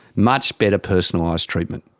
much better personalised treatment.